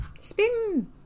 Spin